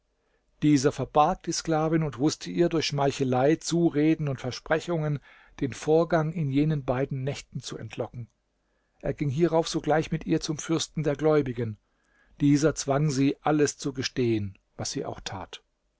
dieser verbarg die sklavin und wußte ihr durch schmeichelei zureden und versprechungen den vorgang in jenen beiden nächten zu entlocken er ging hierauf sogleich mit ihr zum fürsten der gläubigen dieser zwang sie alles zu gestehen was sie auch tat